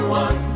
one